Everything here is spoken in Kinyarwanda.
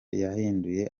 yahinduye